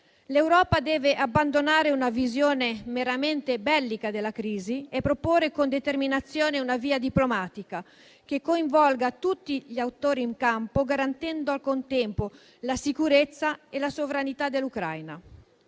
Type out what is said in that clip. L'Europa deve abbandonare una visione meramente bellica della crisi e proporre con determinazione una via diplomatica che coinvolga tutti gli attori in campo, garantendo al contempo la sicurezza e la sovranità dell'Ucraina.